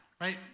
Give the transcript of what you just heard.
Right